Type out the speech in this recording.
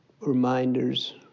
reminders